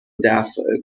دفع